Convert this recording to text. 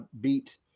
beat